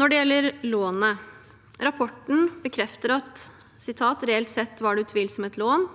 Når det gjelder lånet: Rapporten bekrefter at «reelt sett var det utvilsomt et lån».